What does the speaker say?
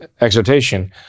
exhortation